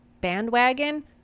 bandwagon